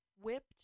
whipped